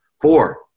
Four